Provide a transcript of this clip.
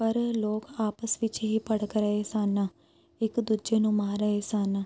ਪਰ ਲੋਕ ਆਪਸ ਵਿੱਚ ਹੀ ਭੜਕ ਰਹੇ ਸਨ ਇੱਕ ਦੂਜੇ ਨੂੰ ਮਾਰ ਰਹੇ ਸਨ